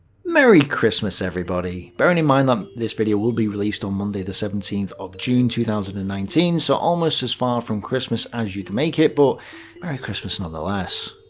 merry christmas everybody! bearing in mind that um this video will be released on monday the seventeenth of june two thousand and nineteen, so almost as far from christmas as you can make it, but merry christmas nonetheless.